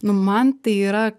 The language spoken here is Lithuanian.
nu man tai yra